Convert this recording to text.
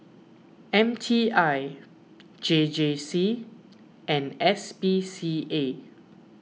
M T I J J C and S P C A